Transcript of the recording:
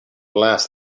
last